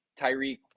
Tyreek